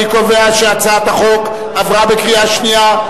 אני קובע שהצעת החוק עברה בקריאה שנייה.